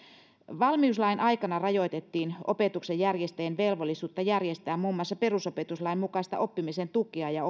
valmiuslain aikana rajoitettiin opetuksen järjestäjien velvollisuutta järjestää muun muassa perusopetuslain mukaista oppimisen tukea ja